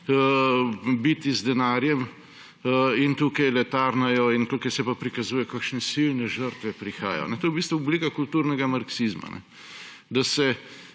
z denarjem; in tukaj le tarnajo in tukaj se pa prikazuje, kakšne silne žrtve prihajajo. To je v bistvu oblika kulturnega marksizma, da se